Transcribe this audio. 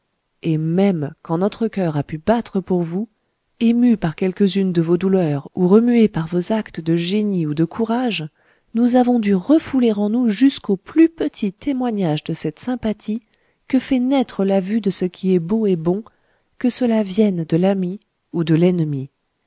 et même quand notre coeur a pu battre pour vous ému par quelques-unes de vos douleurs ou remué par vos actes de génie ou de courage nous avons dû refouler en nous jusqu'au plus petit témoignage de cette sympathie que fait naître la vue de ce qui est beau et bon que cela vienne de l'ami ou de l'ennemi